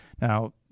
Now